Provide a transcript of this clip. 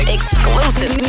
Exclusive